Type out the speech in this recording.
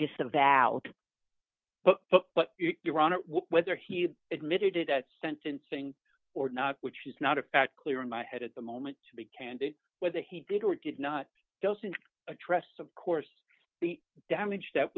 disavowed but whether he admitted it at sentencing or not which is not a fact clear in my head at the moment to be candid with the he did or did not doesn't address of course the damage that